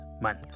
month